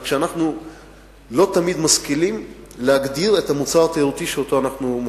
רק שאנחנו לא תמיד משכילים להגדיר את המוצר התיירותי שאנחנו מוכרים.